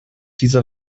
diese